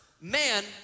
man